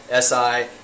SI